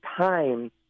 time